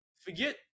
forget